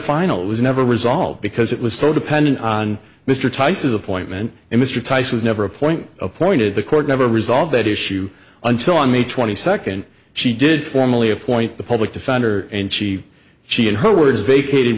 final it was never resolved because it was so dependent on mr tice's appointment and mr tice was never appoint appointed the court never resolve that issue until on may twenty second she did formally appoint the public defender and she she in her words vacated